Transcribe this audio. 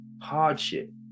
Hardship